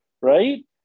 right